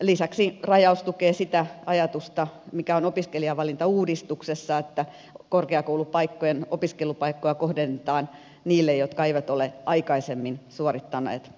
lisäksi rajaus tukee sitä ajatusta mikä on opiskelijavalintauudistuksessa että korkeakoulupaikkojen opiskelupaikkoja kohdennetaan niille jotka eivät ole aikaisemmin suorittaneet